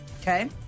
Okay